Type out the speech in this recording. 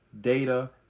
data